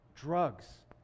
Drugs